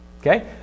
Okay